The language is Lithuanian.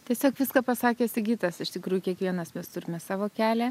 tiesiog viską pasakė sigitas iš tikrųjų kiekvienas mes turime savo kelią